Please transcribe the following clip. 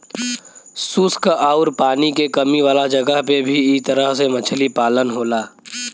शुष्क आउर पानी के कमी वाला जगह पे भी इ तरह से मछली पालन होला